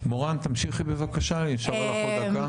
מורן תמשיכי בבקשה, נשארה לך עוד דקה.